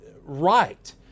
right